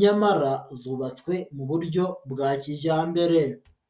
nyamara zubatswe mu buryo bwa kijyambere.